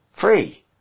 free